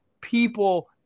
people